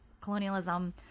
colonialism